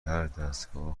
هردستگاه